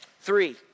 Three